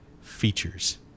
features